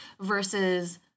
versus